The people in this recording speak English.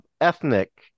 ethnic